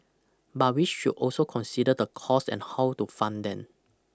but we should also consider the costs and how to fund them